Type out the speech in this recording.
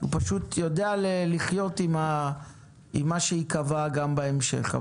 הוא פשוט יודע לחיות עם מה שייקבע גם בהמשך.